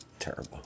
terrible